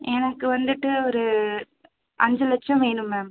எனக்கு வந்துவிட்டு ஒரு அஞ்சு லட்சம் வேணும் மேம்